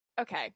okay